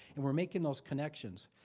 and we're making those connections.